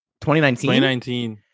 2019